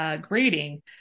grading